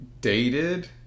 dated